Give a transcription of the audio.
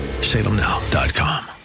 salemnow.com